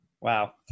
Wow